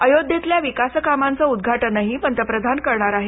अयोध्येतल्या विकासकामांचं उद्घाटनही पंतप्रधान करणार आहेत